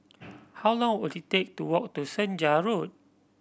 how long will it take to walk to Senja Road